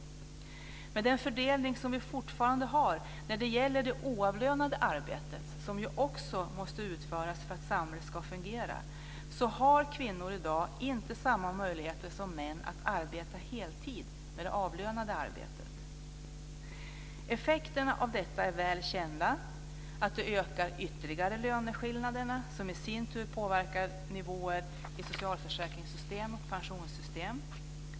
Med den fördelning som vi fortfarande har när det gäller det oavlönade arbetet, som ju också måste utföras för att samhället ska fungera, har kvinnor i dag inte samma möjligheter som män att arbeta heltid med avlönat arbete. Effekterna av detta är väl kända. Det ökar ytterligare löneskillnaderna som i sin tur påverkar nivåer i socialförsäkringssystem och pensionssystem.